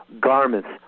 garments